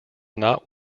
not